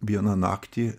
vieną naktį